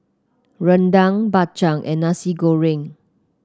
rendang Bak Chang and Nasi Goreng